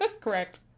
correct